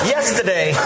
Yesterday